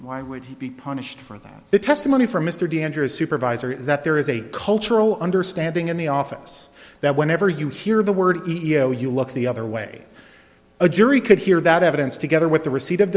why would he be punished for that the testimony from mr danders supervisor is that there is a cultural understanding in the office that whenever you hear the word e o you look the other way a jury could hear that evidence together with the receipt of